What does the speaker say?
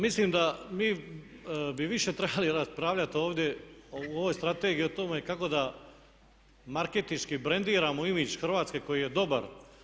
Mislim da mi bi više trebali raspravljati ovdje u ovoj strategiji o tome kako da marketinški brendiramo imidž Hrvatske koji je dobar.